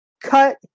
Cut